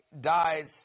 dies